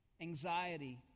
anxiety